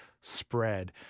spread